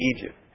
Egypt